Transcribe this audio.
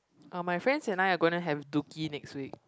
uh my friends and I are gonna have Dookki next week